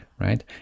right